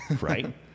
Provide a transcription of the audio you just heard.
Right